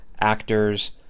actors